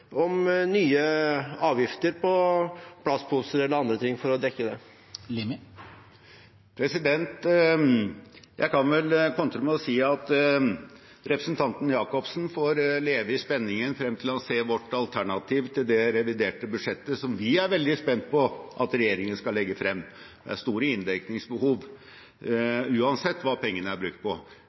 nye avgifter på plastposer eller andre ting for å dekke det? Jeg kan vel kontre med å si at representanten Jacobsen får leve i spenningen frem til han ser vårt alternativ til det reviderte budsjettet vi er veldig spent på at regjeringen skal legge frem. Det er store inndekningsbehov uansett hva pengene er brukt på.